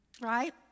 Right